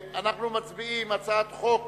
אנחנו מצביעים על הצעת חוק